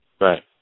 Right